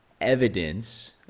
evidence